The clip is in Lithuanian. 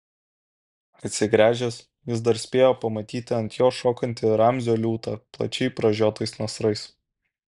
atsigręžęs jis dar spėjo pamatyti ant jo šokantį ramzio liūtą plačiai pražiotais nasrais